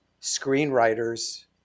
screenwriters